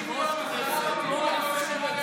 החלטה של יושב-ראש כנסת לא לאפשר את זה,